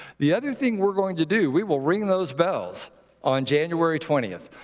the other thing we're going to do we will ring those bells on january twentieth.